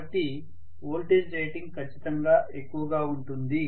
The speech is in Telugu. కాబట్టి వోల్టేజ్ రేటింగ్ ఖచ్చితంగా ఎక్కువగా ఉంటుంది